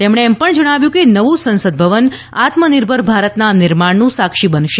તેમણે એમ પણ જણાવ્યું કે નવું સંસદભવન આત્મનિર્ભર ભારતના નિર્માણનું સાક્ષી બનશે